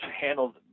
handled